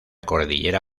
cordillera